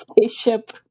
spaceship